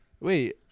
Wait